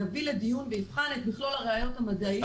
יביא לדיון ויבחן את מכלול הראיות המדעיות.